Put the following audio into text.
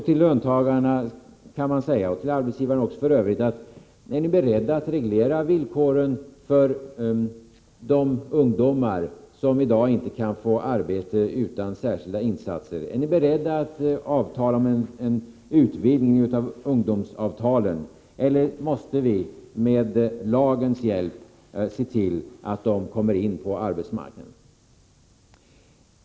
Till löntagarna — och f. ö. också till arbetsgivarna — kan man säga: Är ni beredda att reglera villkoren för de ungdomar som i dag inte kan få arbete utan särskilda insatser? Är ni beredda att avtala om en utvidgning av ungdomsavtalen, eller måste vi med lagens hjälp se till att ungdomarna kommer in på arbetsmarknaden?